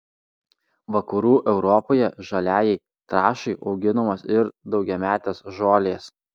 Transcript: vakarų europoje žaliajai trąšai auginamos ir daugiametės žolės